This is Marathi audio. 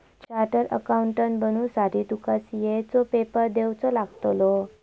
चार्टड अकाउंटंट बनुसाठी तुका सी.ए चो पेपर देवचो लागतलो